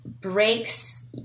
breaks